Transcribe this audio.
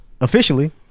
officially